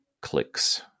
clicks